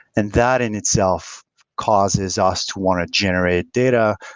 and that in itself causes us to want to generate data,